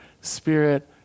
spirit